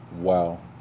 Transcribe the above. wow